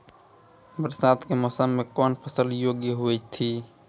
बरसात के मौसम मे कौन फसल योग्य हुई थी?